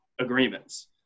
agreements